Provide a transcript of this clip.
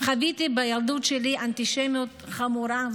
חוויתי בילדות שלי אנטישמיות חמורה.